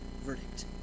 verdict